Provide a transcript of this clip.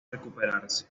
recuperarse